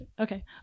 okay